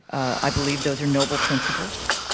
i believe those are noble principles.